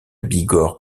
bigorre